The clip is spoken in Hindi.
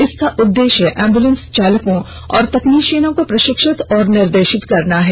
इसका उद्देश्य एंब्रलेंस चालकों और तकनीशियनों को प्रशिक्षित और निर्देशित करना है